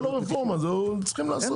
זה לא רפורמה, צריכים לעשות.